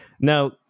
Now